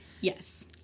Yes